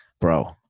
Bro